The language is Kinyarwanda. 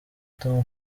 tom